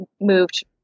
moved